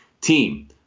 team